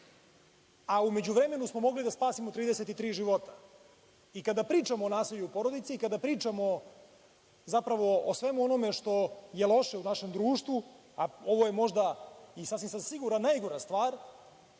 a u međuvremenu smo mogli da spasimo 33 života. Kada pričamo o nasilju u porodici, kada pričamo o svemu onome što je loše u našem društvu, a ovo je možda i sasvim sam siguran najgora stvar,